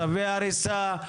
צווי הריסה,